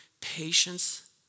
patience